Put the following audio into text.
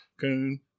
coon